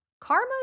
karma